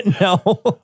No